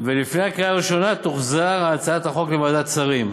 ולפני הקריאה הראשונה תוחזר הצעת החוק לוועדת שרים.